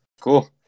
cool